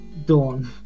Dawn